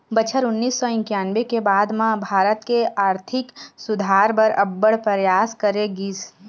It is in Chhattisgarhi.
बछर उन्नीस सौ इंकानबे के बाद म भारत के आरथिक सुधार बर अब्बड़ परयास करे गिस